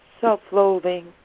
self-loathing